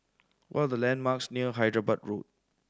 what are the landmarks near Hyderabad Road